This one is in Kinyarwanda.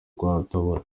rwarutabura